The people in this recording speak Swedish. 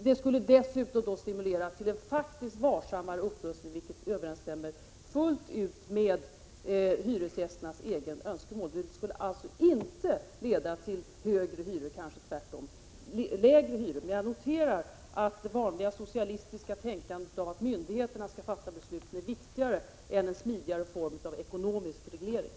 Detta skulle dessutom stimulera till en varsammare upprustning, vilket fullt ut överensstämmer med hyresgästernas egna önskemål. Det skulle alltså inte leda till högre hyror, kanske tvärtom till lägre. Jag noterar att det vanliga socialistiska tänkandet, att myndigheterna skall fatta besluten, är viktigare än en smidigare form av ekonomisk reglering.